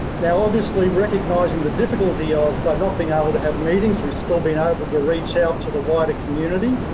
now, obviously recognising the difficulty of not being able to have meetings, we've still been able to reach out to the wider community